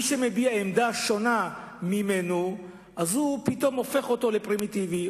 מי שמביע עמדה שונה מהשני פתאום הופך לפרימיטיבי,